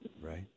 Right